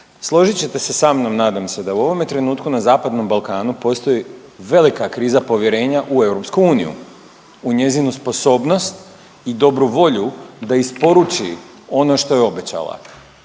Složit ćete se sa mnom nadam se da u ovom trenutku na Zapadnom Balkanu postoji velika kriza povjerenja u EU, u njezinu sposobnost i dobru volju da isporuči ono što je obećala